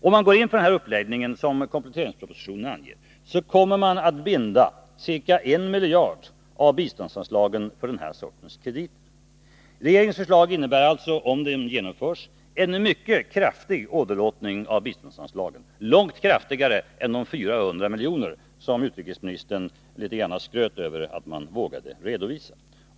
Om man går in för den uppläggning som kompletteringspropositionen anger, kommer man att binda ca 1 miljard kronor av biståndsanslagen för den här sortens krediter. Regeringens förslag innebär alltså, om de nu genomförs, en mycket kraftig åderlåtning av biståndsanslagen, långt kraftigare än de 400 milj.kr. som utrikesministern skröt litet grand över att man vågade redovisa.